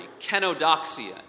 Kenodoxia